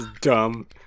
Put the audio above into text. Dumb